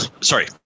sorry